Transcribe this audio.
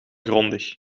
grondig